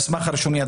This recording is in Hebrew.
הראשוני.